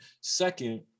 second